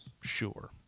Sure